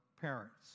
parents